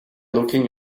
looking